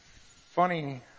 Funny